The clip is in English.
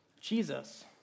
Jesus